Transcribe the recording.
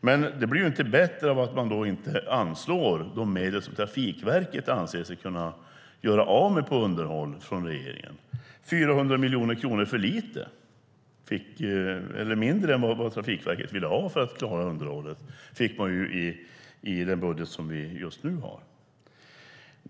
Men det blir inte bättre av att regeringen inte anslår de medel som Trafikverket anser sig behöva göra av med på underhåll. I den budget som gäller just nu fick Trafikverket 400 miljoner kronor mindre än vad de ville ha för att kunna klara underhållet.